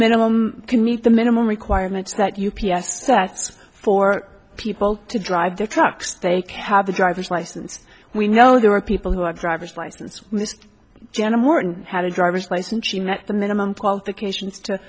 minimum can meet the minimum requirements that u p s s for people to drive their trucks they have a driver's license we know there are people who are driver's license jenna morton had a driver's license she met the minimum qualifications to